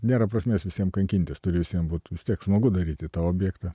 nėra prasmės visiem kankintis turi visiem būt vis tiek smagu daryti tą objektą